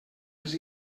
els